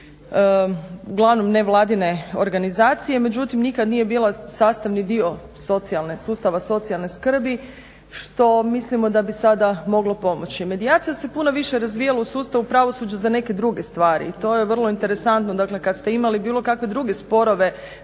uglavnom nevladine organizacije. Međutim nikad nije bila sastavni dio sustava socijalne skrbi što mislimo da bi sada moglo pomoći. Medijacija se puno više razvijala u sustavu pravosuđa za neke druge stvari, to je vrlo interesantno. Kad ste imali bilo kakve druge sporove